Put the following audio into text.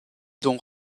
dont